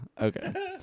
okay